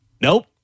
Nope